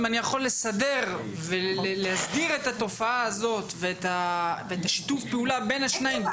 אם אני יכול להסדיר את התופעה הזו ואת שיתוף הפעולה ביניהם,